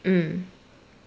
mm